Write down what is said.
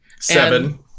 Seven